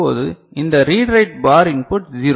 இப்போது இந்த read write bar input 0